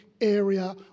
area